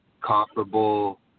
comparable